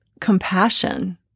compassion